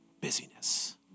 busyness